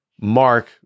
Mark